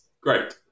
great